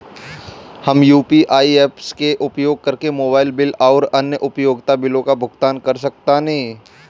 हम UPI apps के उपयोग करके मोबाइल बिल आउर अन्य उपयोगिता बिलों का भुगतान कर सकतानी